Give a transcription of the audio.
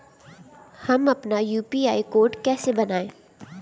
हम अपना UPI code कैसे बनाएँ?